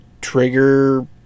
trigger